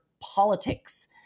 politics